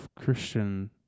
christian